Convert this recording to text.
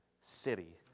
city